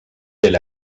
del